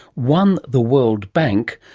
one the world bank,